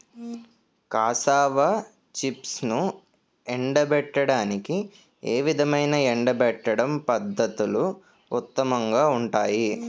Cassava చిప్స్ను ఎండబెట్టడానికి ఏ విధమైన ఎండబెట్టడం పద్ధతులు ఉత్తమంగా ఉంటాయి?